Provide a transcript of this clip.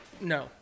No